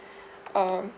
um